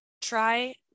try